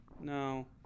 no